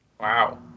wow